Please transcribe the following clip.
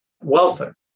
welfare